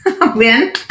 win